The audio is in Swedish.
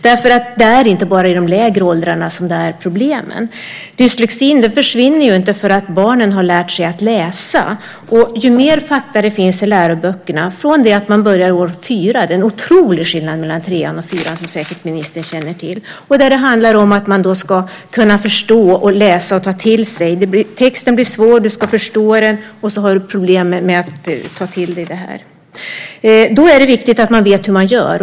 Det är inte bara bland barn i de lägre åldrarna dessa problem finns. Dyslexin försvinner inte för att barnen har lärt sig att läsa. Det blir ju mer och mer fakta i läroböckerna från det att man börjar fyran. Det är en otrolig skillnad mellan trean och fyran, som ministern säkert känner till. Det handlar om att man ska kunna förstå, läsa och ta till sig dessa fakta. Texten blir svår, du ska förstå den, och så har du problem att ta till dig den. Då är det viktigt att man vet hur man gör.